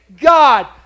God